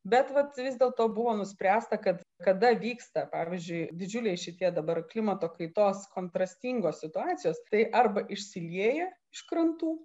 bet vat vis dėlto buvo nuspręsta kad kada vyksta pavyzdžiui didžiuliai šitie dabar klimato kaitos kontrastingos situacijos tai arba išsilieja iš krantų